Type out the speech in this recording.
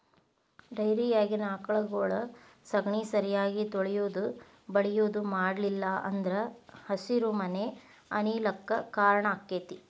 ಡೈರಿಯಾಗಿನ ಆಕಳಗೊಳ ಸಗಣಿ ಸರಿಯಾಗಿ ತೊಳಿಯುದು ಬಳಿಯುದು ಮಾಡ್ಲಿಲ್ಲ ಅಂದ್ರ ಹಸಿರುಮನೆ ಅನಿಲ ಕ್ಕ್ ಕಾರಣ ಆಕ್ಕೆತಿ